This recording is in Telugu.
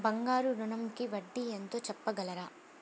బంగారు ఋణంకి వడ్డీ ఎంతో చెప్పగలరా?